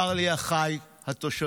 צר לי, אחיי התושבים.